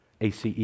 ACE